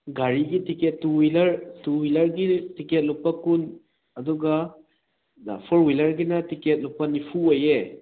ꯒꯥꯔꯤꯒꯤ ticket two wheeler two ꯍ꯭ꯋꯤꯂꯔꯒꯤ ticket ꯂꯨꯄꯥ ꯀꯨꯟ ꯑꯗꯨꯒ ꯐꯣꯔ ꯍ꯭ꯋꯤꯂꯔꯒꯤꯅ ꯇꯤꯛꯀꯦꯠ ꯂꯨꯄꯥ ꯅꯤꯐꯨ ꯑꯣꯏꯌꯦ